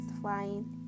flying